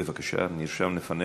בבקשה, נרשם לפנינו.